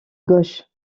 gauche